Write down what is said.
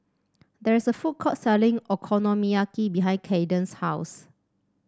there is a food court selling Okonomiyaki behind Kaden's house